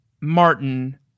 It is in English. Martin